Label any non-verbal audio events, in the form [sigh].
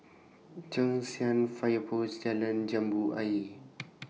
Cheng San Fire Post Jalan Jambu Ayer [noise]